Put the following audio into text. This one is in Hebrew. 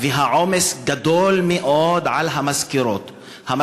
והעומס על המזכירות גדול מאוד.